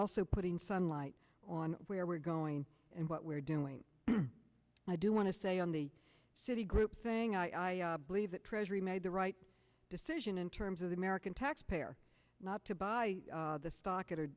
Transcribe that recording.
also putting sunlight on where we're going and what we're doing i do want to say on the citi group thing i believe that treasury made the right decision in terms of the american taxpayer not to buy the stock at